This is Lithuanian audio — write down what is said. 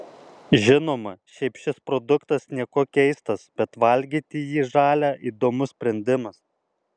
žinoma šiaip šis produktas niekuo keistas bet valgyti jį žalią įdomus sprendimas